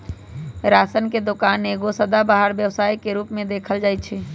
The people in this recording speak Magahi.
राशन के दोकान एगो सदाबहार व्यवसाय के रूप में देखल जाइ छइ